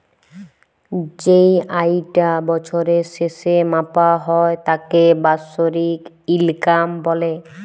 যেই আয়িটা বছরের শেসে মাপা হ্যয় তাকে বাৎসরিক ইলকাম ব্যলে